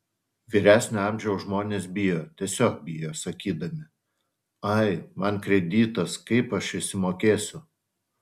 vyresnio amžiaus žmonės bijo tiesiog bijo sakydami ai man kreditas kaip aš išsimokėsiu